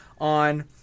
on